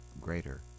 greater